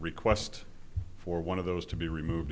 request for one of those to be removed